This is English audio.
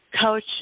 coach